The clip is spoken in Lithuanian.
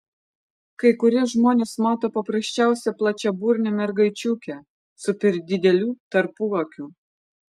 kai kurie žmonės mato paprasčiausią plačiaburnę mergaičiukę su per dideliu tarpuakiu